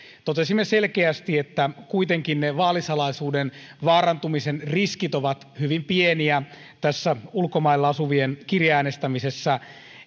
totesimme selkeästi että kuitenkin vaalisalaisuuden vaarantumisen riskit ovat hyvin pieniä ulkomailla asuvien kirjeäänestämisessä